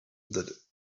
that